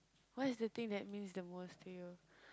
what is that thing that means the most to you